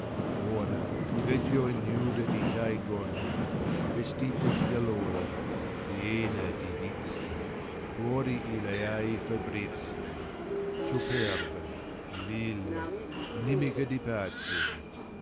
ora ti veggio ignuda di tai gonne vestita di dolor piena di vizi fuori i leai fabrizi superba vile nimica di pace